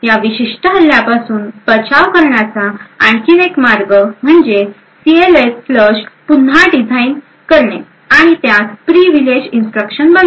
या विशिष्ट हल्ल्यापासून बचाव करण्याचा आणखी एक मार्ग म्हणजे सीएलएफ फ्लश पुन्हा डिझाइन करणे आणि त्यास प्रीव्हिलेज इन्स्ट्रक्शन बनविणे